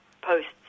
posts